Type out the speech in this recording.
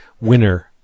winner